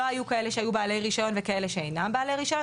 לא היו כאלה שהיו בעלי רישיון וכאלה שאינם בעלי רישיון,